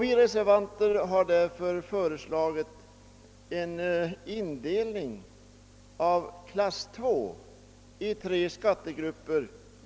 Vi reservanter har därför föreslagit en uppdelning av klass II i tre skattegrupper.